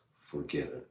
forgiven